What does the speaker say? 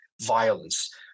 violence